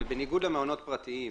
ובניגוד למעונות פרטיים,